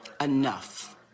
enough